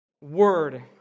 word